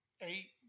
eight